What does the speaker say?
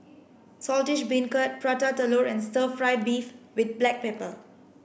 Saltish Beancurd Prata Telur and stir fry beef with black pepper